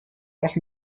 nach